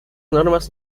normas